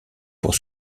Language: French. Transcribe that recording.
pour